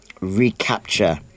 recapture